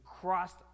crossed